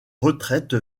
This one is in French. retraite